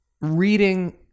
reading